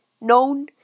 known